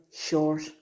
short